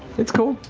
it's cool.